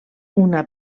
una